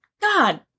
god